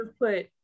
put